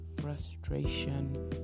frustration